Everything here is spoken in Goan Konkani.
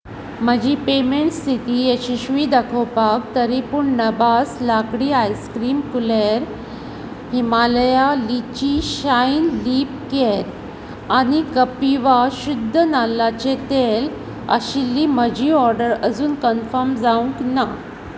म्हजी पेमेंट स्थिती यशस्वी दाखयता तरीपूण नभास लाकडी ice cream cooler Himalaya lychee shine lip care आनी कपिवा शुध्द नाल्लाचें तेल आशिल्ली म्हजी ऑर्डर अजून कन्फर्म जावंक ना